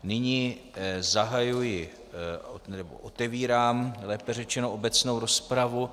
Nyní zahajuji, nebo otevírám, lépe řečeno, obecnou rozpravu.